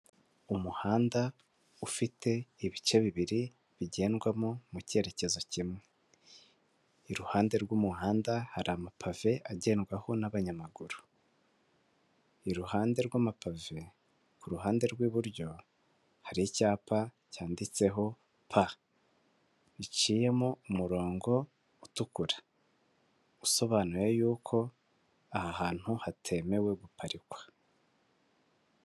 Umuhanda ufite ibice bibiri bigendwamo mu cyerekezo kimwe, iruhande rw'umuhanda hari amapave agendwaho n'abanyamaguru, iruhande rw'amapavi ku ruhande rw'iburyo hari icyapa cyanditseho pa giciyemo umurongo utukura usobanuye y'uko aha hantu hatemewe guparikwa.